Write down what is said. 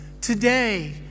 Today